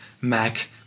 Mac